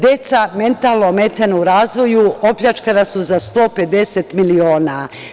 Deca mentalno ometena u razvoju opljačkana su za 150 miliona.